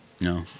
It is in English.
No